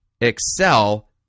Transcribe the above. excel